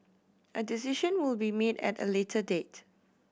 a decision will be made at a later date